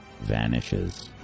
vanishes